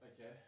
Okay